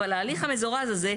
אבל ההליך המזורז הזה,